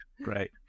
Right